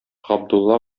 габдулла